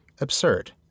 Absurd